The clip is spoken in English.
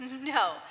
No